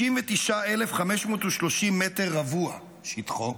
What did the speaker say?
69,530 מ"ר שטחו,